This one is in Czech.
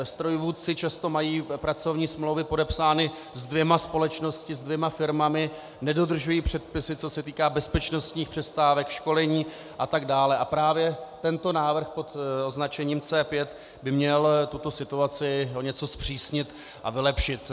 Strojvůdci často mají pracovní smlouvy podepsané se dvěma společnostmi, se dvěma firmami, nedodržují předpisy, co se týká bezpečnostních přestávek, školení atd., a právě tento návrh pod označením C5 by měl tuto situaci o něco zpřísnit a vylepšit.